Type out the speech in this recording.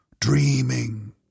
dreaming